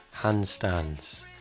handstands